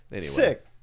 Sick